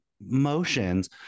motions